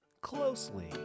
closely